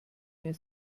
mehr